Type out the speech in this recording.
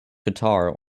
guitar